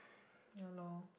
ya loh